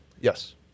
yes